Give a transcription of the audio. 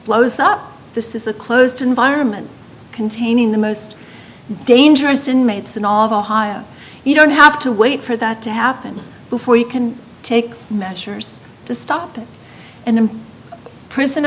blows up this is a closed environment containing the most dangerous inmates in all of ohio you don't have to wait for that to happen before you can take measures to stop them and in prison